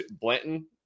Blanton